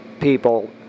people